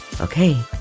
Okay